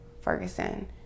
Ferguson